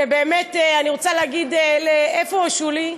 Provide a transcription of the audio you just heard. ואני רוצה להגיד, איפה שולי?